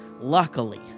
luckily